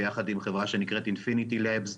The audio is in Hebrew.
ויחד עם חברה שנקראת "אינפיניטי לאבס".